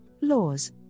laws